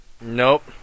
Nope